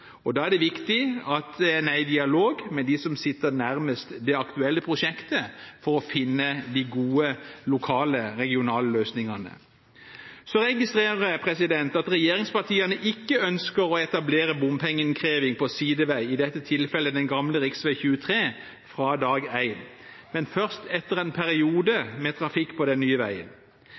Da er det viktig at en er i dialog med dem som sitter nærmest det aktuelle prosjektet, for å finne gode lokale og regionale løsninger. Så registrerer jeg at regjeringspartiene ikke ønsker å etablere bompengeinnkreving på sidevei – i dette tilfellet den gamle rv. 23 – fra dag én, men først etter en periode med trafikk på den nye veien.